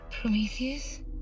Prometheus